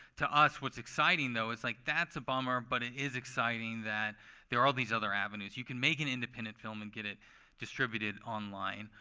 to us, what's exciting, though, is, like, that's a bummer, but it is exciting that there are all these other avenues. you can make an independent film and get it distributed online.